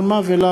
על מה ולמה?